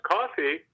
Coffee